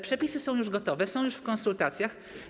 Przepisy są już gotowe, są już w konsultacjach.